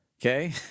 Okay